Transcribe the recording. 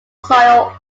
soil